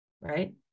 right